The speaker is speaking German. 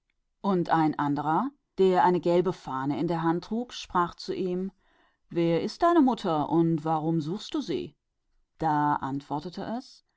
und ein anderer der eine gelbe fahne in der hand trug sagte zu ihm wer ist deine mutter und warum suchst du sie und es